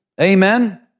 Amen